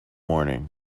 morning